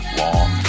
long